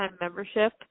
membership